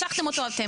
משכתם אותו אתם.